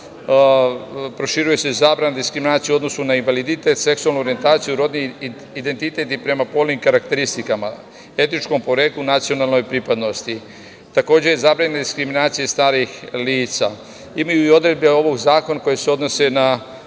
proširuje se zabrana diskriminacije u odnosu na invaliditet, seksualnu orijentaciju, rodni identitet i prema polnim karakteristikama, etičkom poreklu, nacionalnoj pripadnosti. Takođe, je zabranjena diskriminacija starih lica. Imaju i odredbe ovog zakona koje se odnose na